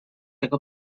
jego